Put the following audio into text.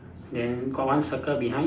then got one circle behind